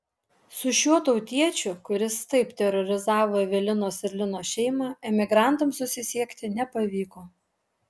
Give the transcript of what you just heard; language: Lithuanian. su šiuo tautiečiu kuris taip terorizavo evelinos ir lino šeimą emigrantams susisiekti nepavyko